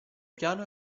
piano